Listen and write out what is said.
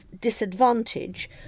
disadvantage